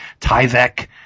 Tyvek